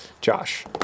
Josh